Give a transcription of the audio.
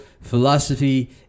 philosophy